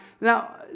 now